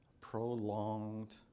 Prolonged